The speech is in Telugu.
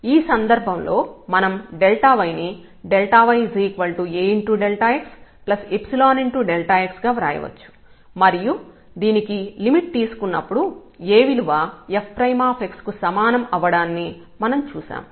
ఈ సందర్భంలో మనం yని y AxϵΔx గా వ్రాయవచ్చు మరియు దీనికి లిమిట్ తీసుకున్నప్పుడు A విలువ fx కు సమానం అవ్వడాన్ని మనం చూశాం